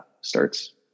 starts